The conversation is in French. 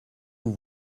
vous